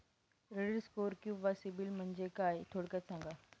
Credit score किंवा CIBIL म्हणजे काय? थोडक्यात सांगा